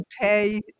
pay